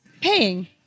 paying